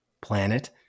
planet